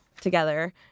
together